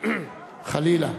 חלילה.